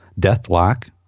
Deathlock